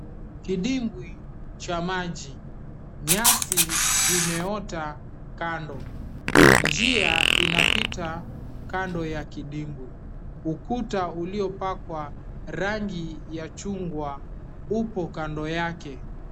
Kidimbwi cha 𝑚𝑎𝑗𝑖, nyasi zimeoota 𝑘𝑎𝑛𝑑𝑜, njia inapita kando ya kidimbwi, ukuta u𝑙𝑖𝑜pakwa rangi ya chungwa upo kando yake.